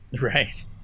right